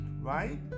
right